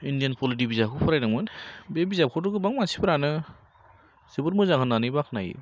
Indian polity बिजाबखौबो फरायदोंमोन बे बिजाबखौथ' गोबां मानसिफोरानो जोबोद मोजां होननानै बाखनायो